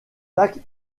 lac